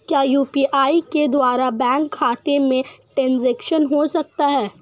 क्या यू.पी.आई के द्वारा बैंक खाते में ट्रैन्ज़ैक्शन हो सकता है?